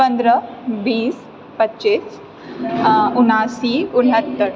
पन्द्रह बीस पच्चीस आ उनासी उनहत्तरि